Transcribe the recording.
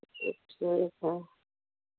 तो ठीक है